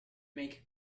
make